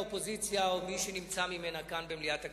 מי שנמצא ממנה כאן במליאת הכנסת.